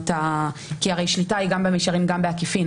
כי הרי שליטה היא גם במישרין וגם בעקיפין,